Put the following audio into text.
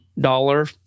dollar